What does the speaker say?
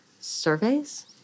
surveys